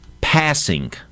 passing